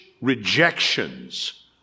rejections